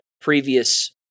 previous